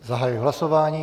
Zahajuji hlasování.